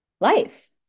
life